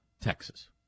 Texas